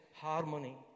harmony